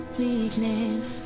weakness